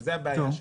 וזאת הבעיה שלו.